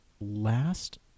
last